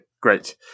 great